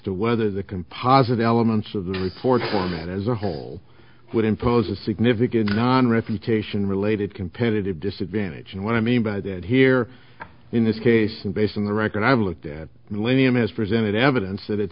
to whether the composite elements of the report format as a whole would impose a significant non refutation related competitive disadvantage and what i mean by that here in this case and based on the record i've looked at millenium is presented evidence